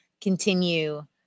continue